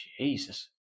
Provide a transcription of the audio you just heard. Jesus